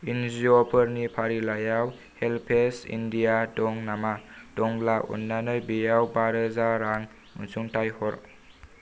एनजिअ फोरनि फारिलाइयाव HelpAge India दं नामा दंब्ला अन्नानै बेयाव बा रोजा रां अनसुंथाइ हर